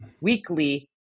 weekly